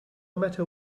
matter